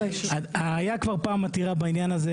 היה כבר פעם עתירה בעניין הזה,